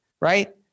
right